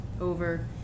over